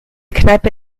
kneipe